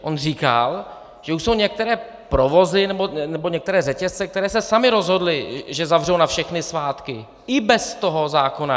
On říkal, že už jsou některé provozy nebo některé řetězce, které se samy rozhodly, že zavřou na všechny svátky i bez toho zákona.